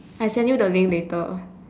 I send you the link later